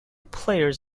players